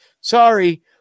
Sorry